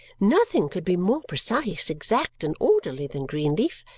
nothing could be more precise, exact, and orderly than greenleaf.